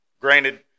granted